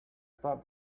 thought